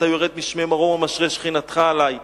ואתה יורד משמי מרום משרה שכינתך עלי.